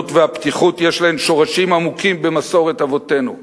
הסובלנות והפתיחות יש להן שורשים עמוקים במסורת אבותינו.